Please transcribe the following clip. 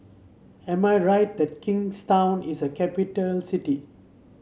am I right that Kingstown is a capital city